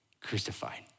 crucified